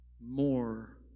more